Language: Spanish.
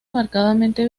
marcadamente